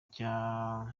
cya